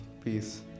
peace